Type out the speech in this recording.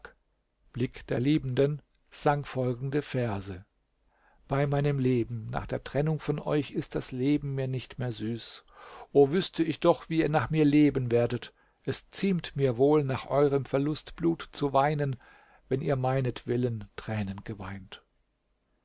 der liebenden sang folgende verse bei meinem leben nach der trennung von euch ist das leben mir nicht mehr süß o wüßte ich doch wie ihr nach mir leben werdet es ziemt mir wohl nach eurem verlust blut zu weinen wenn ihr meinetwillen tränen geweint